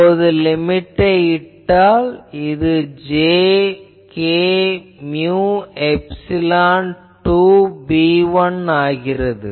இப்போது லிமிட்டை இட்டால் இது minus j k mu epsilon 2 B1 ஆகிறது